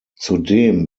zudem